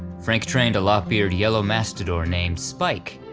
frank trained a lop-eared yellow mastador named spike,